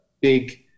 big